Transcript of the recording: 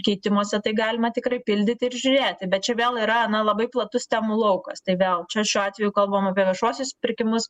keitimosi tai galima tikrai pildyti ir žiūrėti bet čia vėl yra na labai platus temų laukas tai vėl čia šiuo atveju kalbam apie viešuosius pirkimus